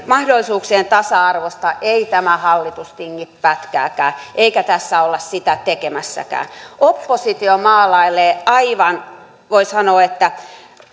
mahdollisuuksien tasa arvosta ei tämä hallitus tingi pätkääkään eikä tässä olla sitä tekemässäkään oppositio maalailee aivan voi sanoa